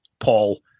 Paul